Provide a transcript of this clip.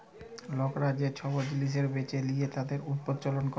লকরা যে সব জিলিস বেঁচে লিয়ে তাদের প্রজ্বলল ক্যরে